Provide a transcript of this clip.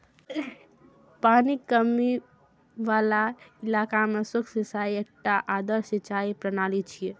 पानिक कमी बला इलाका मे सूक्ष्म सिंचाई एकटा आदर्श सिंचाइ प्रणाली छियै